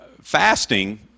Fasting